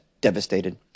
devastated